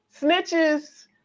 snitches